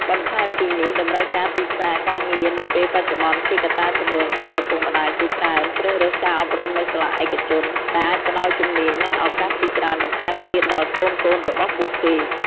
បន្ថែមពីនេះ តម្រូវការទីផ្សារការងារនាពេលបច្ចុប្បន្នជាកត្តាជំរុញឱ្យឪពុកម្តាយជាច្រើនជ្រើសរើសការអប់រំនៅសាលាឯកជន ដែលអាចផ្តល់ជំនាញ និងឱកាសជាច្រើនបន្ថែមទៀតដល់កូនៗរបស់ពួកគេ។